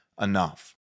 enough